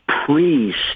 priest